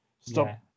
Stop